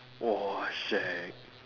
!wah! shagged